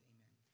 Amen